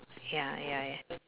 ya ya ya